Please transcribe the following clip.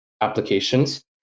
applications